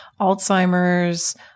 Alzheimer's